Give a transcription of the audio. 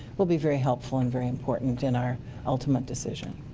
will be very helpful and very important in our ultimate decision.